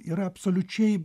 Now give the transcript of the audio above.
yra absoliučiai